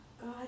God